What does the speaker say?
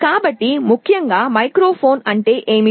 కాబట్టి ముఖ్యంగా మైక్రోఫోన్ అంటే ఏమిటి